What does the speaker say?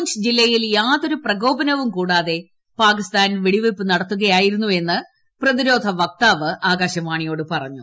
പൂഞ്ച് ജില്ലയിൽ യാതൊരു പ്രകോപ നവും കൂടാതെ പാക്കിസ്ഥാൻ വെടിവയ്പ് നടത്തുകയായിരുന്നു എന്ന് പ്രതിരോധ വക്താവ് ആകാശവാണിയോട് പറഞ്ഞു